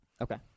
Okay